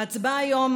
ההצבעה היום,